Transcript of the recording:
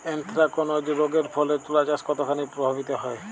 Anthracnose রোগ এর ফলে তুলাচাষ কতখানি প্রভাবিত হয়?